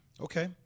Okay